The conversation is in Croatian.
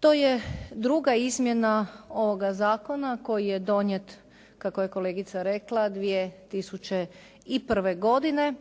To je druga izmjena ovoga zakona koji je donijet, kako je kolegica rekla 2001. godine.